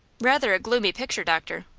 rather gloomy picture, doctor.